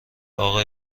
اقا